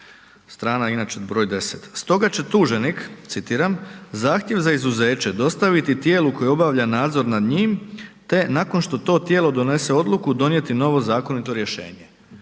strana inače br. 10. Stoga će tuženik, citiram, zahtjev za izuzeće dostaviti tijelu koje obavlja nadzor nad njim, te nakon što to tijelo donese odluku, donijeti novo zakoniti rješenje.